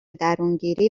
درونگیری